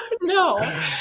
No